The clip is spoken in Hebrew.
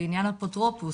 לעניין אפוטרופוס,